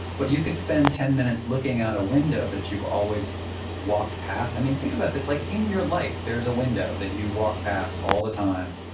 but you could spend ten minutes looking out a window that you've always walked past. i mean, think about it. like in your life, there's a window that you walk past all the time.